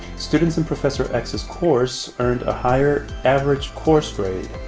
students in prof. ecks's course earned a higher average course grade.